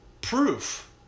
proof